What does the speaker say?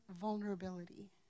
vulnerability